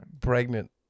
Pregnant